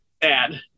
bad